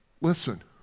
Listen